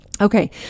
Okay